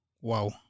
Wow